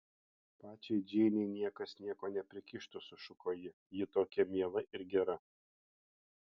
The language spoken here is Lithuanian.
pačiai džeinei niekas nieko neprikištų sušuko ji ji tokia miela ir gera